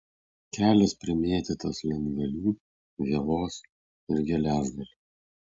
kelias primėtytas lentgalių vielos ir geležgalių